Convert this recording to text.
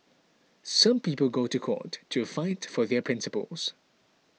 some people go to court to fight for their principles